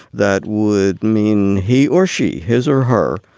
that would mean he or she, his or her,